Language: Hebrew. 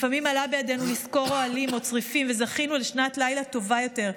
לפעמים עלה בידינו לשכור אוהלים או צריפים וזכינו לשנת לילה טובה יותר.